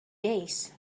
days